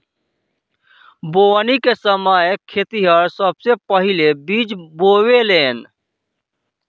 बोवनी के समय खेतिहर सबसे पहिले बिज बोवेलेन